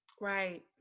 Right